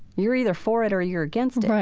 you're either for it or you're against it